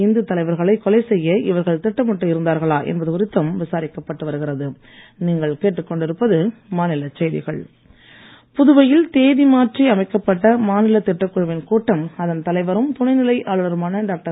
இந்து தலைவர்களை கொலை செய்ய இவர்கள் திட்டமிட்டு இருந்தார்களா என்பது குறித்தும் விசாரிக்கப்பட்டு வருகிறது புதுவையில் தேதி மாற்றி அமைக்கப்பட்ட மாநில திட்டக் குழுவின் கூட்டம் அதன் தலைவரும் துணை நிலை ஆளுநருமான டாக்டர்